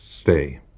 stay